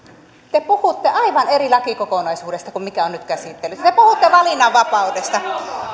te puhutte aivan eri lakikokonaisuudesta kuin mikä on nyt käsittelyssä te puhutte valinnanvapaudesta